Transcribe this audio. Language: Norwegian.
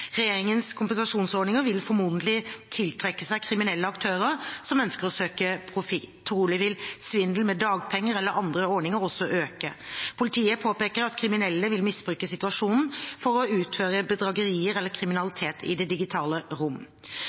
Regjeringens kompensasjonsordninger vil formodentlig tiltrekke seg kriminelle aktører som ønsker å søke profitt. Trolig vil svindel med dagpenger eller andre ordninger også øke. Politiet påpeker at kriminelle vil misbruke situasjonen for å utføre bedragerier eller kriminalitet i det digitale rom.